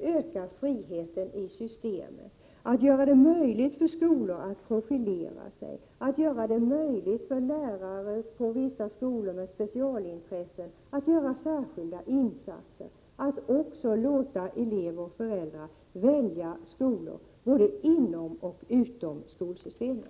öka friheten i systemet — att göra det möjligt för skolor att profilera sig, att göra det möjligt för lärare på vissa skolor med specialintressen att göra särskilda insatser och att låta elever och föräldrar välja skolor både inom och utom skolsystemet.